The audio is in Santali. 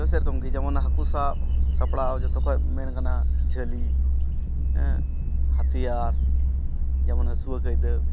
ᱛᱳ ᱥᱮᱨᱚᱠᱚᱢ ᱜᱮ ᱡᱮᱢᱚᱱ ᱦᱟᱹᱠᱩ ᱥᱟᱵ ᱥᱟᱯᱲᱟᱣ ᱡᱚᱛᱚ ᱠᱷᱚᱱ ᱢᱮᱱᱠᱟᱱᱟ ᱡᱷᱟᱹᱞᱤ ᱦᱟᱛᱤᱭᱟᱨ ᱡᱮᱢᱚᱱ ᱦᱟᱹᱥᱩᱣᱟᱹ ᱠᱟᱹᱭᱫᱟᱹ